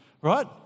right